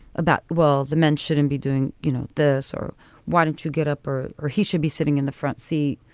about, well, the men shouldn't be doing you know this or wanted to get up or or he should be sitting in the front seat,